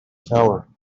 tower